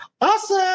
Awesome